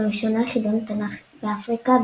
לראשונה חידון התנ"ך באפריקה,